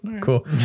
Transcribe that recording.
cool